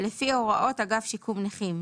לפי הוראות אגף שיקום נכים,